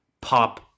pop